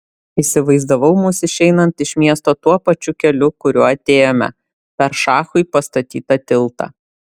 įsivaizdavau mus išeinant iš miesto tuo pačiu keliu kuriuo atėjome per šachui pastatytą tiltą